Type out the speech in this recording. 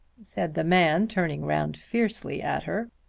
said the man, turning round fiercely at her.